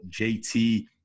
JT